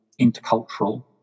intercultural